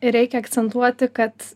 reikia akcentuoti kad